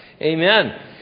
Amen